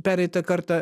pereitą kartą